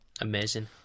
amazing